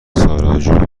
ساراجوو